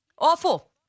Awful